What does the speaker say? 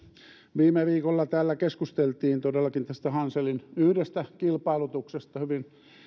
viime viikolla täällä keskusteltiin todellakin tästä hanselin yhdestä kilpailutuksesta hyvin